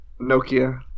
Nokia